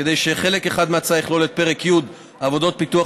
כדי שחלק אחד מההצעה יכלול את פרק י' (עבודות פיתוח